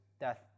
death